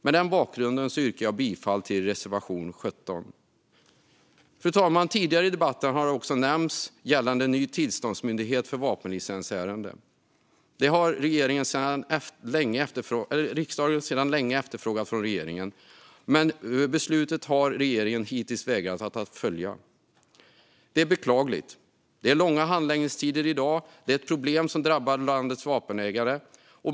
Mot den bakgrunden yrkar jag bifall till reservation 13. Fru talman! Tidigare i debatten har också nämnts en ny tillståndsmyndighet för vapenlicensärenden. Det har riksdagen sedan länge efterfrågat från regeringen. Men regeringen har hittills vägrat att följa beslutet. Det är beklagligt. Det är i dag långa handläggningstider. Det är ett problem som drabbar landets vapenägare.